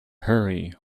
hurry